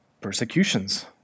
persecutions